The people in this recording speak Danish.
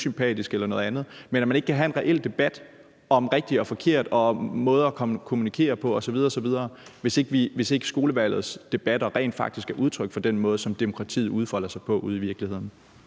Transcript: til at man så ikke kan have en reel debat om rigtig og forkerte måde at kommunikere på osv. osv., altså hvis ikke skolevalgets debatter rent faktisk er udtryk for den måde, som demokratiet udfolder sig på ude i virkeligheden.